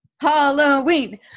Halloween